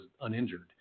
uninjured